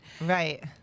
Right